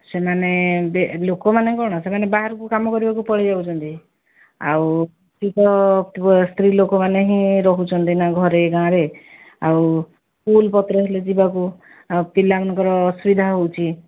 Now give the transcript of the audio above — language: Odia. ସେମାନେ ଲୋକମାନେ କ'ଣ ସେମାନେ ବାହାରକୁ କାମ କରିବାକୁ ପଳେଇଯାଉଛନ୍ତି ଆଉ ସେ ତ ସ୍ତ୍ରୀ ଲୋକମାନେ ହିଁ ରହୁଛନ୍ତି ନା ଘରେ ଗାଁରେ ଆଉ ସ୍କୁଲ୍ ପତ୍ର ହେଲେ ବି ଯିବାକୁ ଆମ ପିଲାମାନଙ୍କର ଅସୁବିଧା ହେଉଛି